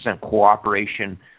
cooperation